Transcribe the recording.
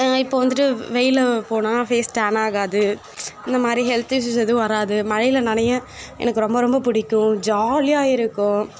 இப்போ வந்துட்டு வெயில்ல போனால் ஃபேஸ் டேன் ஆகாது இந்தமாதிரி ஹெல்த் இஸ்யூஸ் எதுவும் வராது மழையில நனைய எனக்கு ரொம்ப ரொம்ப பிடிக்கும் ஜாலியாக இருக்கும்